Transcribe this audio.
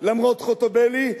למרות חוטובלי,